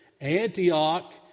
Antioch